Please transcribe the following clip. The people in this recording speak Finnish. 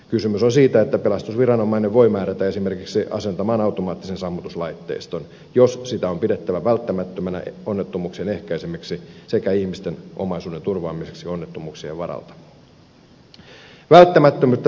kysymys on siitä että pelastusviranomainen voi määrätä esimerkiksi asentamaan automaattisen sammutuslaitteiston jos sitä on pidettävä välttämättömänä onnettomuuksien ehkäisemiseksi sekä ihmisten omaisuuden turvaamiseksi onnettomuuksien varalta